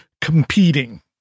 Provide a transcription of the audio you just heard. competing